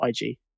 IG